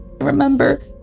remember